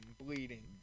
Bleeding